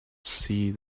see